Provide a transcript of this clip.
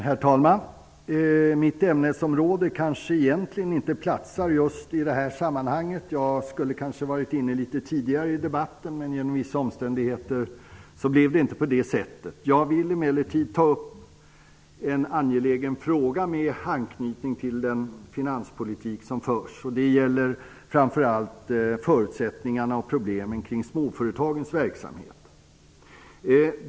Herr talman! Mitt ämnesområde platsar kanske egentligen inte i detta sammanhang. Jag skulle kanske varit inne tidigare i debatten, men genom vissa omständigheter blev det inte så. Jag vill emellertid ta upp en angelägen fråga med anknytning till den finanspolitik som förs, och den gäller framför allt förutsättningarna och problemen kring småföretagens verksamhet.